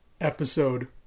episode